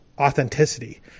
authenticity